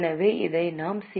எனவே நாம் சி